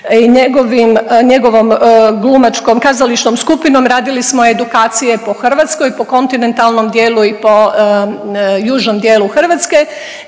i njegovom glumačkom kazališnom skupinom radili smo edukacije po Hrvatskoj, po kontinentalnom dijelu i po južnom dijelu Hrvatske